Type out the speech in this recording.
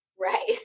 right